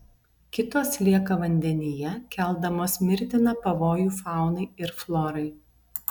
kitos lieka vandenyje keldamos mirtiną pavojų faunai ir florai